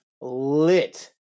lit